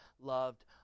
loved